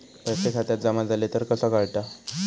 पैसे खात्यात जमा झाले तर कसा कळता?